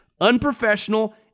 unprofessional